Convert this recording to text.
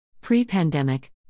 Pre-pandemic